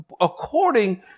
according